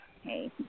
hey